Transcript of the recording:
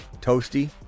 Toasty